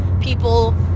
people